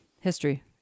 History